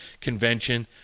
convention